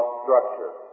structure